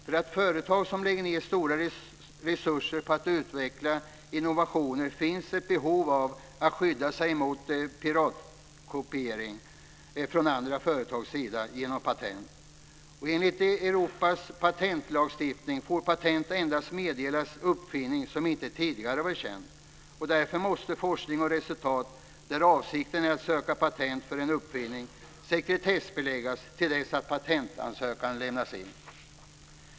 För alla företag som lägger ned stora resurser på att utveckla innovationer finns ett behov av att skydda sig mot piratkopiering från andra företags sida genom patent. Enligt europeisk patentlagstiftning får patent endast meddelas uppfinning som inte tidigare varit känd. Därför måste forskning och resultat, där avsikten är att söka patent för en uppfinning, sekretessbeläggas till dess en patentansökan har lämnats in.